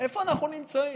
איפה אנחנו נמצאים?